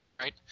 Right